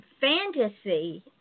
fantasy